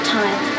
time